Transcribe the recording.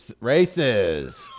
races